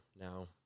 now